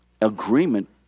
agreement